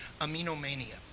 aminomania